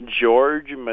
George